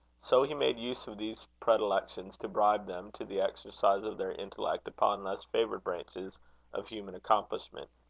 so he made use of these predilections to bribe them to the exercise of their intellect upon less-favoured branches of human accomplishment.